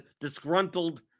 disgruntled